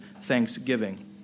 thanksgiving